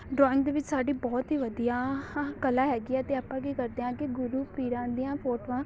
drawing ਦੇ ਵਿੱਚ ਸਾਡੀ ਬਹੁਤ ਹੀ ਵਧੀਆ ਹਾ ਕਲਾ ਹੈਗੀ ਹੈ ਅਤੇ ਆਪਾਂ ਕੀ ਕਰਦੇ ਹਾਂ ਕਿ ਗੁਰੂ ਪੀਰਾਂ ਦੀਆਂ ਫੋਟੋਆਂ